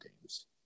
games